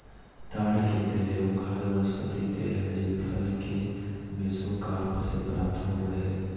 ताड़ के तेल एगो खाद्य वनस्पति तेल हइ जे फल के मेसोकार्प से प्राप्त हो बैय हइ